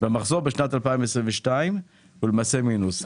המחזור בשנת 2022, הוא למעשה מינוס.